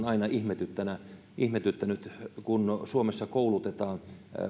aina ihmetyttänyt ihmetyttänyt kun suomessa koulutetaan